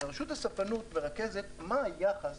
היא מרכזת את היחס